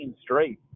straight